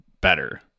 better